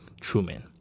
Truman